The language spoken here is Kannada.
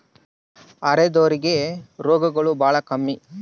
ಅರೆದೋರ್ ಗೆ ರೋಗಗಳು ಬಾಳ ಕಮ್ಮಿ